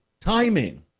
timing